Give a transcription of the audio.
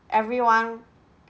everyone